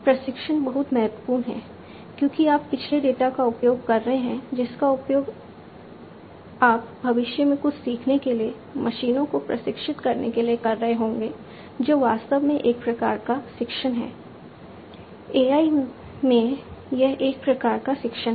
प्रशिक्षण बहुत महत्वपूर्ण है क्योंकि आप पिछले डेटा का उपयोग कर रहे हैं जिसका उपयोग आप भविष्य में कुछ सीखने के लिए मशीनों को प्रशिक्षित करने के लिए कर रहे होंगे जो वास्तव में एक प्रकार का शिक्षण है AI में यह एक प्रकार का शिक्षण है